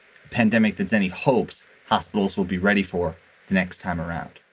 pandemic hits. any hopes hospitals will be ready for the next time around?